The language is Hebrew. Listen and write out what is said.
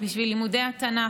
בשביל לימודי התנ"ך,